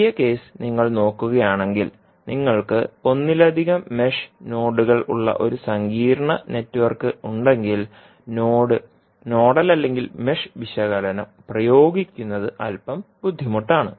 ആദ്യ കേസ് നിങ്ങൾ നോക്കുകയാണെങ്കിൽ നിങ്ങൾക്ക് ഒന്നിലധികം മെഷ് നോഡുകൾ ഉള്ള ഒരു സങ്കീർണ്ണ നെറ്റ്വർക്ക് ഉണ്ടെങ്കിൽ നോഡ് നോഡൽ അല്ലെങ്കിൽ മെഷ് വിശകലനം പ്രയോഗിക്കുന്നത് അൽപ്പം ബുദ്ധിമുട്ടാണ്